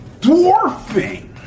dwarfing